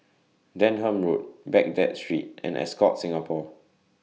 Denham Road Baghdad Street and Ascott Singapore